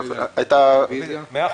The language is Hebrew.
קבוצת הרשימה המשותפת וקבוצת מרצ לסעיף 1 נדחתה.